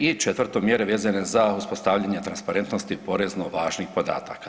I četvrto mjere vezane za uspostavljanje transparentnosti porezno važnih podataka.